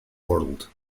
world